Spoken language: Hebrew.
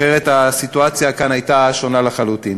אחרת הסיטואציה כאן הייתה שונה לחלוטין.